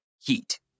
Heat